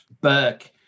Burke